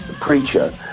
preacher